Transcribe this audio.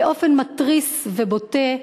באופן מתריס ובוטה,